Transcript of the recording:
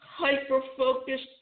hyper-focused